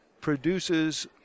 produces